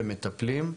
ומטפלים,